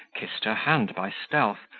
kissed her hand by stealth,